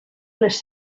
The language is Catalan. les